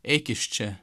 eik iš čia